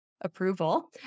approval